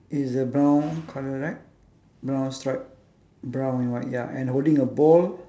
it's a brown colour right brown stripe brown and white ya and holding a bowl